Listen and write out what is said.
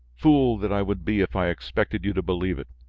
fool that i would be if i expected you to believe it!